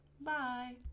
bye